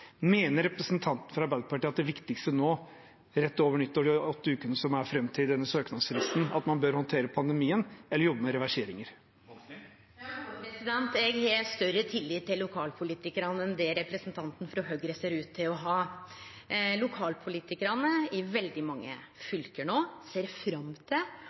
mener representanten fra Arbeiderpartiet er det viktigste nå rett over nyttår, i de åtte ukene fram til denne søknadsfristen, at man bør håndtere pandemien, eller jobbe med reverseringer? Eg har større tillit til lokalpolitikarane enn det representanten frå Høgre ser ut til å ha. Lokalpolitikarane i veldig mange fylke ser no fram til